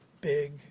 big